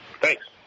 Thanks